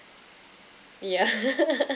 yeah